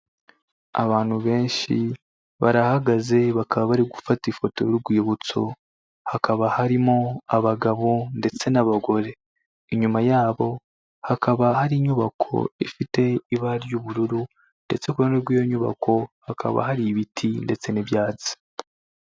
Abantu benshi barahagaze bakaba bari gufata ifoto y'urwibutso, hakaba harimo abagabo ndetse n'abagore, inyuma yabo hakaba hari inyubako ifite ibara ry'ubururu ndetse ku ruhande rw'iyo nyubako, hakaba hari ibiti ndetse n'ibyatsi.